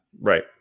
Right